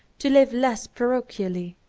to live less parochially.